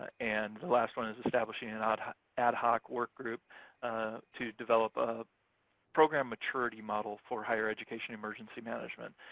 and the last one is establishing an ad ad hoc work group to develop a program maturity model for higher education emergency management.